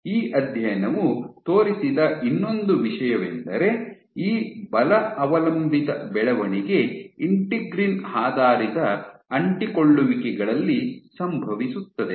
ಈ ಅಧ್ಯಯನವು ತೋರಿಸಿದ ಇನ್ನೊಂದು ವಿಷಯವೆಂದರೆ ಈ ಬಲ ಅವಲಂಬಿತ ಬೆಳವಣಿಗೆ ಇಂಟೆಗ್ರಿನ್ ಆಧಾರಿತ ಅಂಟಿಕೊಳ್ಳುವಿಕೆಗಳಲ್ಲಿ ಸಂಭವಿಸುತ್ತದೆ